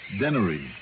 Dennery